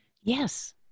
yes